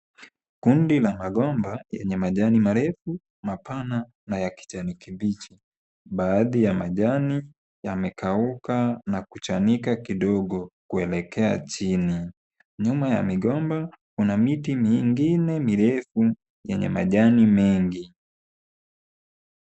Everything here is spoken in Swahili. Kundi la magomba yenye majani marefu mapana na ya kijani kibichi. Baadhi ya majani yamekauka na kuchanika kidogo kuelekea chini. Nyuma ya migomba kuna miti mingine mirefu yenye majani mengi.